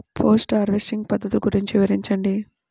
Post harvesting పద్ధతులు గురించి వివరించండి?